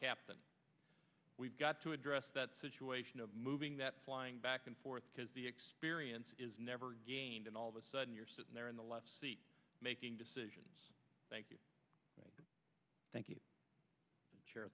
captain we've got to address that situation of moving that flying back and forth because the experience is never gained and all of a sudden you're sitting there in the left seat making decisions thank you thank you chair